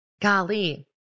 golly